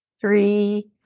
three